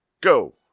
go